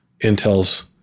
Intel's